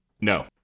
No